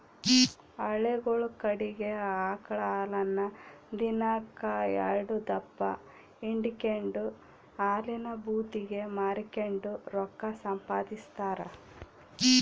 ಹಳ್ಳಿಗುಳ ಕಡಿಗೆ ಆಕಳ ಹಾಲನ್ನ ದಿನಕ್ ಎಲ್ಡುದಪ್ಪ ಹಿಂಡಿಕೆಂಡು ಹಾಲಿನ ಭೂತಿಗೆ ಮಾರಿಕೆಂಡು ರೊಕ್ಕ ಸಂಪಾದಿಸ್ತಾರ